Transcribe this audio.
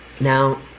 now